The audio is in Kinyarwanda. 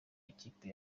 ikipe